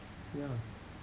ya